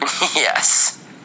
Yes